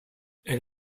elle